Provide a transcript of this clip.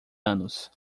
anos